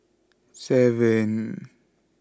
seven